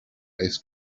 ice